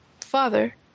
father